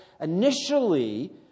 Initially